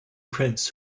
prince